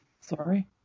sorry